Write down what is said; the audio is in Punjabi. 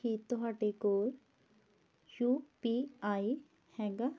ਕੀ ਤੁਹਾਡੇ ਕੋਲ ਯੂ ਪੀ ਆਈ ਹੈਗਾ